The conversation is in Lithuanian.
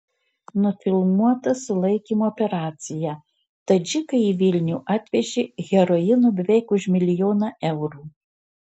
nufilmuota sulaikymo operacija tadžikai į vilnių atvežė heroino beveik už milijoną eurų